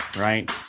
right